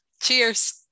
Cheers